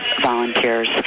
volunteers